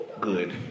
good